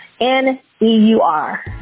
N-E-U-R